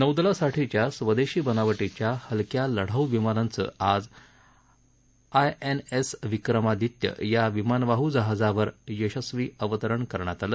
नौदलासाठीच्या स्वदेशी बनावटीच्या हलक्या लढाऊ विमानाचं आज आयएनएस विक्रमादित्य या विमानवाहू जहाजावर यशस्वी अवतरण करण्यात आलं